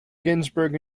ginsberg